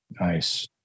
Nice